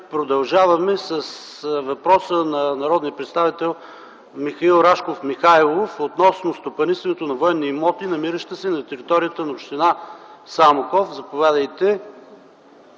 Продължаваме с въпроса на народния представител Михаил Рашков Михайлов относно стопанисването на военни имоти, намиращи се на територията на община Самоков. Заповядайте,